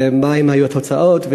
ומה היו התוצאות.